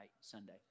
Sunday